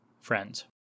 friends